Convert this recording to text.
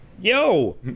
Yo